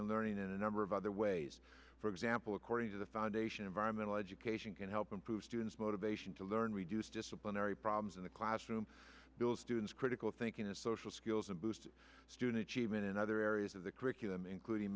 and learning in a number of other ways for example according to the foundation environmental education can help improve students motivation to learn reduce disciplinary problems in the classroom build students critical thinking and social skills and boost student achievement in other areas of the curriculum including